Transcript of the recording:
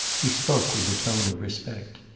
he spoke with a tone of respect.